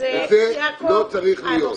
וזה לא צריך להיות.